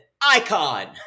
Icon